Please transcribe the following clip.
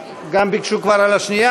גם אם זה חבר כנסת שהוא יומיים בכנסת,